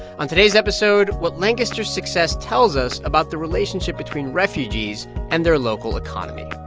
on today's episode, what lancaster's success tells us about the relationship between refugees and their local economy